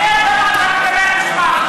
מפלגת העבודה,